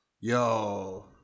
Yo